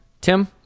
Tim